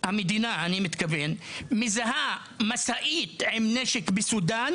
המדינה אני מתכוון, מזהה משאית עם נשק בסודן